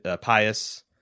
pious